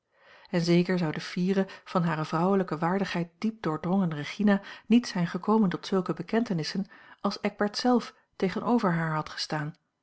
en zeker zou de fiere van hare vrouwelijke waardigheid diep doordrongen regina niet zijn gekomen tot zulke bekentenissen als eckbert zelf tegenover haar had gestaan